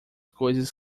coisas